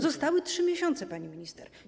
Zostały 3 miesiąc, pani minister.